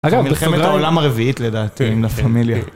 מלחמת העולם הרביעית לדעתי עם לפמיליה.